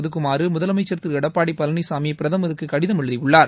ஒதுக்குமாறு முதலமைச்சர் திரு எடப்பாடி பழனிசாமி பிரதமருக்கு கடிதம் எழுதியுள்ளார்